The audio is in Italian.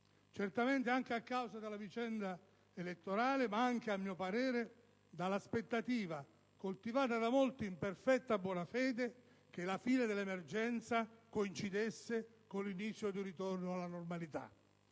certamente anche a causa della vicenda elettorale ma anche, a mio parere, dell'aspettativa, coltivata da molti in perfetta buona fede, che la fine dell'emergenza coincidesse con l'inizio di un ritorno alla normalità,